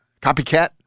Copycat